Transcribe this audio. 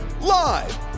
Live